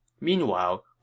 Meanwhile